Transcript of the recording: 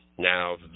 Now